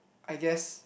I guess